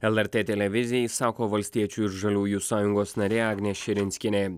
lrt televizijai sako valstiečių ir žaliųjų sąjungos narė agnė širinskienė